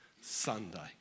Sunday